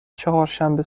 چهارشنبه